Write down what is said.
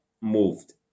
moved